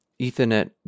Ethernet